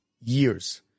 years